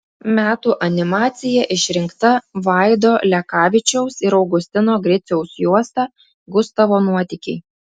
metų animacija išrinkta vaido lekavičiaus ir augustino griciaus juosta gustavo nuotykiai